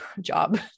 job